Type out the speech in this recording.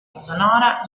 sonora